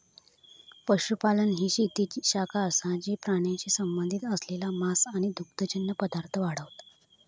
पशुपालन ही शेतीची शाखा असा जी प्राण्यांशी संबंधित असलेला मांस आणि दुग्धजन्य पदार्थ वाढवता